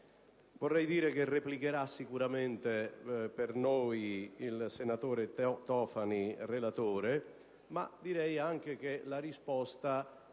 e pretestuosa; replicherà sicuramente per noi il senatore Tofani, relatore, ma direi anche che la risposta